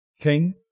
king